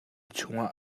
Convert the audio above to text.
chungah